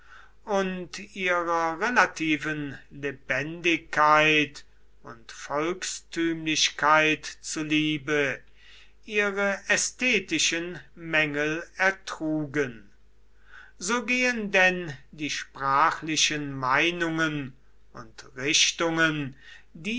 und ihrer relativen lebendigkeit und volkstümlichkeit zuliebe ihre ästhetischen mängel ertrugen so gehen denn die sprachlichen meinungen und richtungen